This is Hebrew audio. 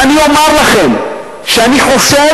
ואני אומר לכם שאני חושב,